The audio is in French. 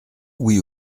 oui